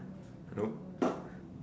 hello